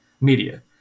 media